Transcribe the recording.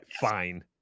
fine